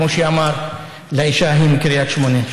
כמו שאמר לאישה ההיא מקריית שמונה.